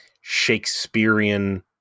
Shakespearean